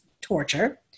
torture